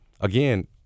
Again